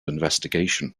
investigation